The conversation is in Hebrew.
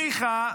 ניחא,